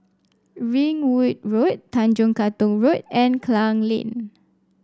Ringwood Road Tanjong Katong Road and Klang Lane